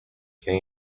can